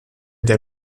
der